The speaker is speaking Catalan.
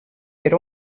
per